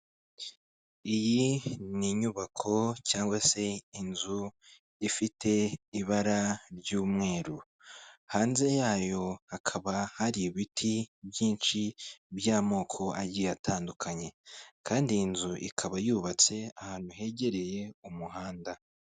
Iyi ni inyubako cyangwa se inzu, ifite ibara ry'umweru, hanze yayo hakaba hari ibiti byinshi by'amoko agiye atandukanye, kandi iyi nzu ikaba yubatse ahantu hegereye umuhanda.